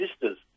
sisters